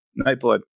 Nightblood